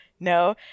No